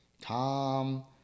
Tom